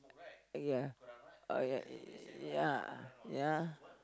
ya oh ya ya